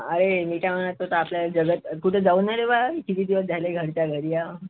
अरे मी काय म्हणत होता आपल्या जगत कुठं जाऊन नाही आले बा किती दिवस झाले घरच्या घरी आहोत